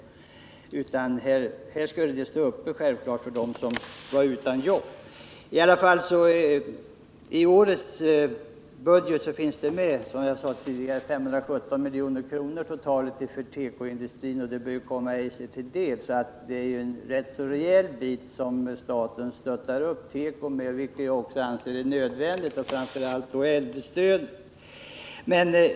Arbetena skulle självfallet stå till förfogande för dem som var arbetslösa. I årets budget finns det, som jag sade tidigare, totalt 517 milj.kr. för tekoindustrin, och därför bör ju medel kunna komma Eiser till del. Staten stöder alltså teko rätt rejält, vilket jag för min del också anser vara nödvändigt, framför allt när det gäller de äldre.